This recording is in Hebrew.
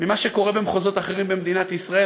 ממה שקורה במחוזות אחרים במדינת ישראל.